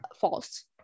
False